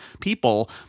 people –